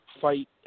fight